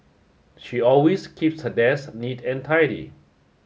she always keeps her desk neat and tidy